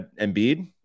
Embiid